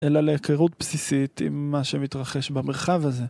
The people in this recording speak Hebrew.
אלא להיכרות בסיסית עם מה שמתרחש במרחב הזה.